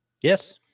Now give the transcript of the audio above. Yes